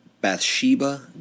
Bathsheba